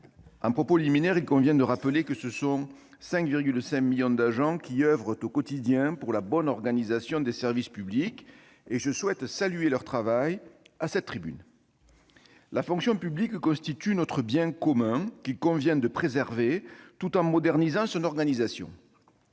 en propos liminaire, je rappelle que ce sont 5,5 millions d'agents qui oeuvrent au quotidien pour la bonne organisation des services publics. Je souhaite saluer leur travail à cette tribune. La fonction publique constitue notre bien commun. Il convient de la préserver tout en modernisant son organisation.